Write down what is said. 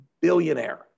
billionaire